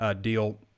deal